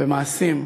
במעשים.